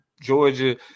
Georgia